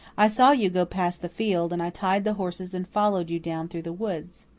i saw you go past the field and i tied the horses and followed you down through the woods.